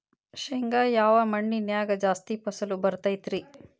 ಶೇಂಗಾ ಯಾವ ಮಣ್ಣಿನ್ಯಾಗ ಜಾಸ್ತಿ ಫಸಲು ಬರತೈತ್ರಿ?